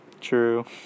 True